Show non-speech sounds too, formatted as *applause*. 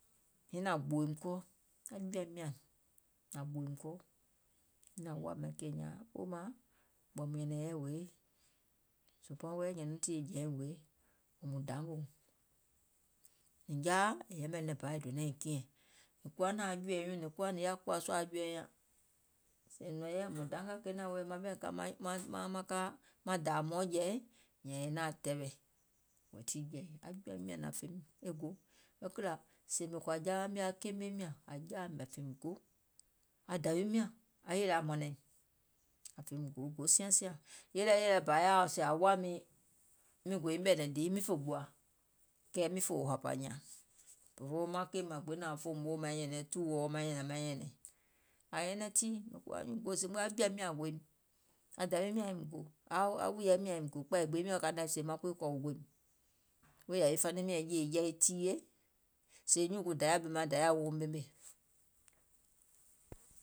nyiŋ nȧŋ gbòòì kɔɔ, aŋ jɔ̀ȧim nyȧŋ ȧŋ gbòòìm kɔɔ, nyiŋ nȧŋ woȧìm maŋ keì nyȧȧŋ, oldma, ɓɔ̀ mùŋ nyɛ̀nɛ̀ŋ yɛi hoe, zòòbɔɔŋ wɛɛ̀ nyɛ̀iŋ tìyèe jɛ̀iìŋ hoe, ɓɔ̀ mùŋ dangèuŋ, nìŋ jaȧ è yɛmɛ̀ nɛ̀ŋ bȧ è donȧiŋ kiɛ̀ŋ, nìŋ kuwa naȧŋ jɔ̀ɛɛ nyuuŋ nìŋ yaȧ kùwȧ sùȧ aŋ jɔ̀ɛ̀ɛ nyȧŋ, sèè nɔ̀ŋ yɛi mùŋ dangà kenȧŋ wɛɛ̀ maŋ ɓɛìŋ *hesitation* ka maŋ dȧȧ hmɔɔ̀ŋ jɛi, nyȧȧŋ e naȧŋ tɛɛwɛ̀, weètii aŋ jɔ̀ȧim nyȧŋ nȧŋ fèìm e go, kìlȧ sèè mìŋ jawa mio aŋ keemeim nyȧŋ, ȧŋ jaȧ aim tɔ̀ɔ̀tù go, aŋ dȧwiim nyȧŋ aŋ yè nyaŋ mȧnȧìm, aŋ fèìm go, go siaŋ sìȧŋ yèlɛ yɛ̀ɛɛ bȧ yaȧa sèè ȧŋ woȧ mìŋ, mìŋ gòiŋ ɓɛ̀ɛ̀nɛ̀ŋ dìì miŋ fè gbòȧ, kɛɛ miŋ fòo hɔ̀pȧ nyȧȧŋ, òfoo maŋ keì maŋ gbiŋ nȧŋ ȧŋ fòum woò, kɛɛ mìŋ fòo hɔ̀pȧ nyȧȧŋ, *unintelligible* ȧŋ nyɛnɛŋ tii, aŋ jɔ̀ȧim nyȧŋ gòìm, aŋ dȧwiim nyȧŋ gòìm, aŋ wùìyaim nyȧŋ aim gò, aŋ kpȧyiim nyȧŋ aim gò, kpȧi gbee miɔ̀ŋ kȧìŋ nɛ sèè maŋ kuii kɔ̀ gòìm, wèè yàwi faniŋ miɔ̀ŋ jèè jɛ̀i e tiiyè, sèè nyùùŋ guùŋ dayȧ ɓèmȧŋ dayȧ wouŋ ɓemè.